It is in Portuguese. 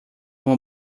uma